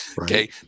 Okay